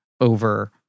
over